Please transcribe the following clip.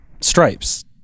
Stripes